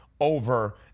over